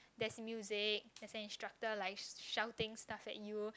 there's music there's an instructor like shouting stuff at you